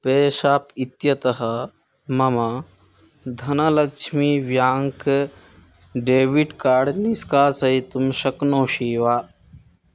पेशाप् इत्यतः मम धनलक्ष्मी व्याङ्क् डेविट् कार्ड् निष्कासयितुं शक्नोषि वा